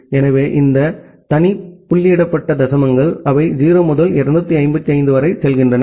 எனவே இந்த தனி புள்ளியிடப்பட்ட தசமங்கள் அவை 0 முதல் 255 வரை செல்கின்றன